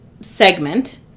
segment